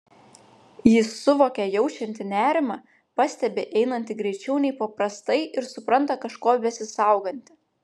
ji suvokia jaučianti nerimą pastebi einanti greičiau nei paprastai ir supranta kažko besisauganti